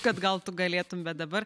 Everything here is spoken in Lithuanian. kad gal tu galėtum bet dabar